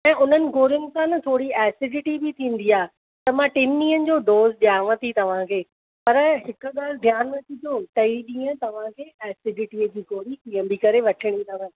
ऐं उन्हनि गोरियुनि सां न थोरी एसिडिटी बि थींदी आहे त मां टिनि ॾींहंनि जो डोज़ डि॒यांव थी तव्हांखे पर हिकु ॻाल्हि ध्यानु डि॒जो टई डीं॒हं तव्हांखे एसिडिटीअ जी गोरी कीअं बि करे वठिणी अथव